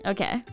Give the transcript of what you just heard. Okay